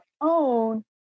own